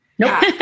nope